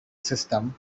system